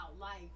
life